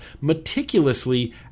meticulously